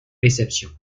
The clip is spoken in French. réceptions